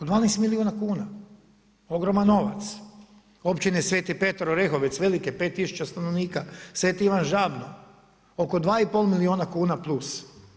12 milijuna kuna, ogroman novac, općina Sveti Petar Orehovec, veliki 5000 stanovnika, Sveti Ivan Žabno, oko 2,5 milijuna kuna plus.